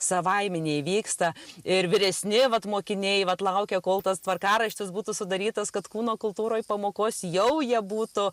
savaiminė įvyksta ir vyresni vat mokiniai vat laukia kol tas tvarkaraštis būtų sudarytas kad kūno kultūroj pamokos jau jie būtų